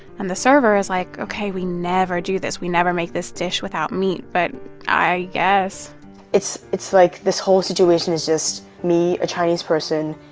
and the server is like, ok, we never do this. we never make this dish without meat, but i guess it's it's like, this whole situation is just me, a chinese person,